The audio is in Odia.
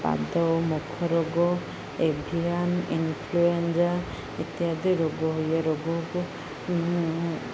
ପାଦ ଓ ମୁଖ ରୋଗ ଏଭିଆନ୍ ଇନଫ୍ଲୁଏଞ୍ଜା ଇତ୍ୟାଦି ରୋଗ ହୁଏ ରୋଗକୁ